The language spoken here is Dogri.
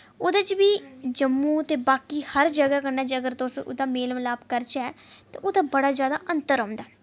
ओह्दे च बी जम्मू ते बाकी हर जगह कन्नै जेकर तुस ओह्दा मेल मलाप करचै तां ओह्दा बड़ा जैदा अंतर औंदा